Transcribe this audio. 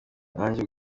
nanjye